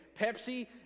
Pepsi